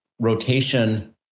rotation